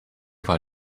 war